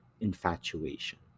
infatuation